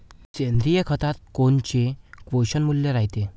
सेंद्रिय खतात कोनचे पोषनमूल्य रायते?